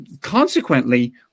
consequently